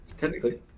Technically